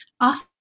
Often